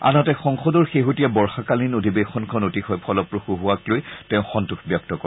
আনহাতে সংসদৰ শেহতীয়া বৰ্ষাকালীন অধিবেশনখন অতিশয় ফলপ্ৰসূ হোৱাক লৈ তেওঁ সন্তোষ ব্যক্ত কৰে